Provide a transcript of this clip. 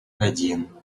один